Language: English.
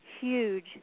huge